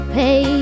pay